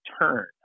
turn